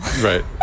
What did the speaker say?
Right